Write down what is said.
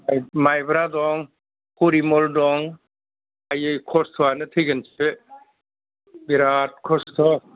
माइब्रा दं फरिमल दं आइयै खस्थ'यानो थैगोनसो बिराद खस्थ'